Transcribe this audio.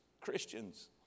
Christians